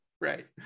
right